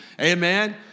amen